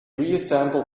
reassembled